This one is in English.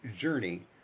journey